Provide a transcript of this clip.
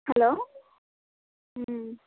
hello